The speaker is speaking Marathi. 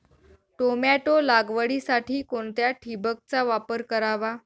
टोमॅटो लागवडीसाठी कोणत्या ठिबकचा वापर करावा?